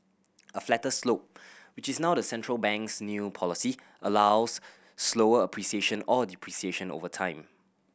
a flatter slope which is now the central bank's new policy allows slower appreciation or depreciation over time